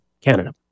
Canada